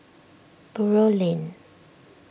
Buroh Lane